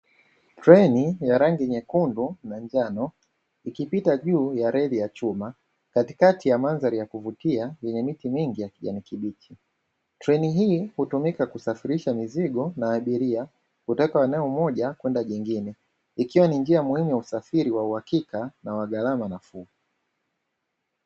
Treni ya rangi nyekundu na njano ikipita juu ya reli ya chuma katikati ya mandhari ya kuvutia yenye miti mingi ya kijani kibichi. Treni hii hutumika kusafisha mizigo na abiria kutoka eneo moja kwenda jingine ikiwa ni njia muhimu ya usafiri wa uhakika na wa gharama nafuu.